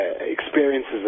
experiences